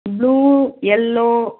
blue yellow